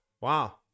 wow